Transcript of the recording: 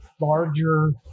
larger